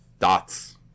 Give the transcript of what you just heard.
dots